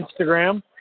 Instagram